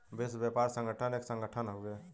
विश्व व्यापार संगठन एक संगठन हउवे